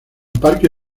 parque